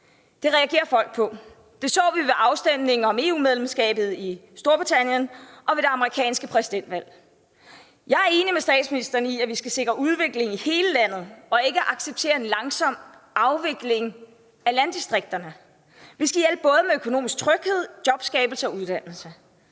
Det reagerer folk på. Det så vi ved afstemningen om EU-medlemskabet i Storbritannien og ved det amerikanske præsidentvalg. Jeg er enig med statsministeren i, at vi skal sikre udvikling i hele landet og ikke acceptere en langsom afvikling af landdistrikterne. Vi skal hjælpe med både økonomisk tryghed, jobskabelse og uddannelse.